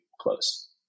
close